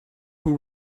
who